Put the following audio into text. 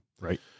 right